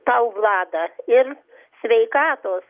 tau vlada ir sveikatos